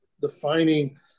defining